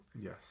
yes